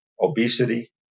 obesity